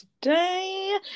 today